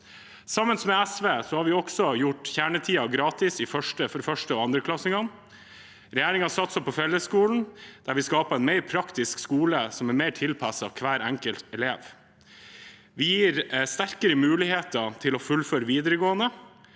Sammen med SV har vi også gjort kjernetiden gratis for første- og andreklassingene. Regjeringen satser på fellesskolen; vi skaper en mer praktisk skole som er mer tilpasset hver enkelt elev. Vi gir sterkere muligheter til å fullføre videregående,